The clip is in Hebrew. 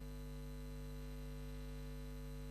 3. האם יש מועצות מקומיות נוספות אשר